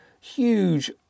Huge